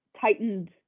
tightened